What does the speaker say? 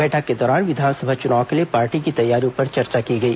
बैठक के दौरान विधानसभा चुनाव के लिए पार्टी की तैयारियों पर चर्चा की गई